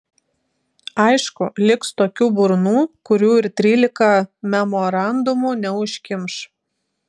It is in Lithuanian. aišku liks tokių burnų kurių ir trylika memorandumų neužkimš